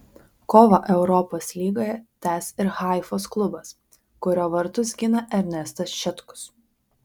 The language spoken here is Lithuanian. kovą europos lygoje tęs ir haifos klubas kurio vartus gina ernestas šetkus